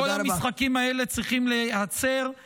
כל המשחקים האלה צריכים להיעצר.